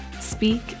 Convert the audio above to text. speak